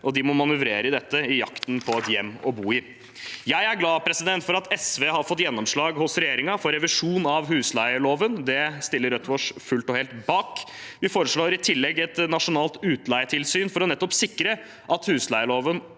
og de må manøvrere i dette i jakten på et hjem å bo i. Jeg er glad for at SV har fått gjennomslag hos regjeringen for revisjon av husleieloven. Det stiller Rødt seg fullt og helt bak. Vi foreslår i tillegg et nasjonalt utleietilsyn for å sikre at husleieloven